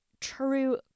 true